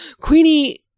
queenie